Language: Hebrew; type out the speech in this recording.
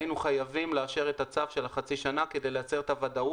היינו חייבים לאשר את הצו של חצי השנה כדי לייצר את הוודאות,